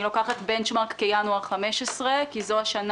אני לוקחת כבנצ'מרק את ינואר 2015 כי זו השנה